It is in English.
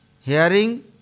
hearing